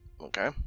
okay